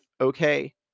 Okay